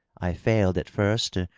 i fiiiled, at first,